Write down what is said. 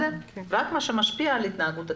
רק מה שמשפיע על התנהגות הציבור.